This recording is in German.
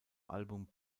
album